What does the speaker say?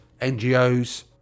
NGOs